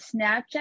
Snapchat